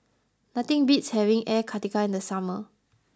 nothing beats having Air Karthira in the summer